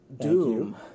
Doom